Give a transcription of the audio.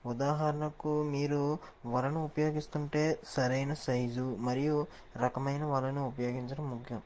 ఉదాహరణకు మీరు వలను ఉపయోగిస్తుంటే సరైన సైజు మరియు రకమైన వలను ఉపయోగించడం ముఖ్యం